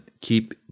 keep